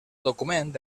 document